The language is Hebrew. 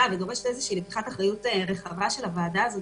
ודורשת איזו שהיא נטילת אחריות רחבה של הוועדה הזאת,